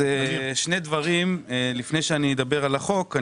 שני דברים לפני שאני אדבר על החוק.